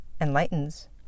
enlightens